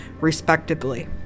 respectively